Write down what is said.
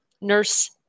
Nurse